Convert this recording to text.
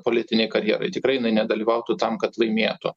politinei karjerai tikrai jinai nedalyvautų tam kad laimėtų